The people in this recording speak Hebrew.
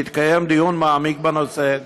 והתקיים דיון מעמיק בנושא.